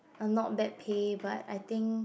a not bad pay but I think